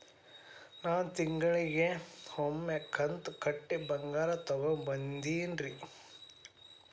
ನಾ ತಿಂಗಳಿಗ ಒಮ್ಮೆ ಕಂತ ಕಟ್ಟಿ ಬಂಗಾರ ತಗೋಬಹುದೇನ್ರಿ?